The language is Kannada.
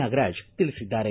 ನಾಗರಾಜ ತಿಳಿಸಿದ್ದಾರೆ